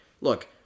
look